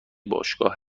باشگاه